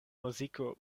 muziko